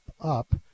up